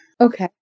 Okay